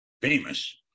famous